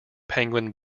penguin